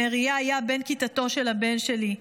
נריה היה בן כיתתו של הבן שלי.